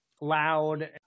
loud